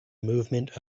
movement